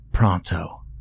Pronto